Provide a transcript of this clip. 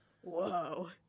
whoa